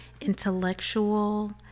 intellectual